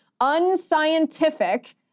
unscientific